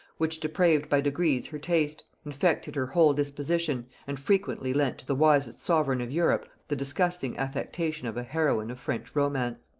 which depraved by degrees her taste, infected her whole disposition, and frequently lent to the wisest sovereign of europe the disgusting affectation of a heroine of french romance.